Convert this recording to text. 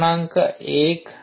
१